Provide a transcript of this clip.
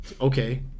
Okay